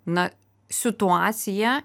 na situaciją